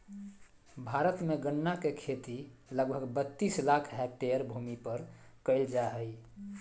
भारत में गन्ना के खेती लगभग बत्तीस लाख हैक्टर भूमि पर कइल जा हइ